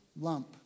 lump